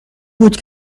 بود